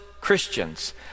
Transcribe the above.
Christians